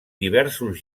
diversos